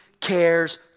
cares